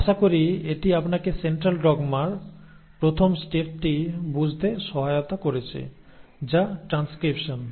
আশা করি এটি আপনাকে সেন্ট্রাল ডগমার প্রথম স্টেপটি বুঝতে সহায়তা করেছে যা ট্রানস্ক্রিপশন